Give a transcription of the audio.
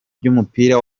ry’umupira